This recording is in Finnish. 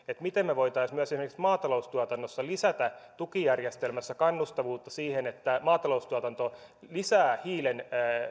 miten me voisimme myös esimerkiksi maataloustuotannossa lisätä tukijärjestelmässä kannustavuutta siihen että maataloustuotanto lisäisi hiilen